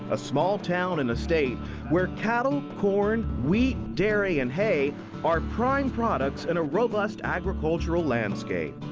a small town in a state where cattle, corn, wheat, dairy and hay are prime products in a robust agricultural landscape.